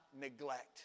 neglect